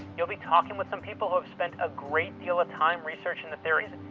you'll be talking with some people who have spent a great deal of time researching the theories.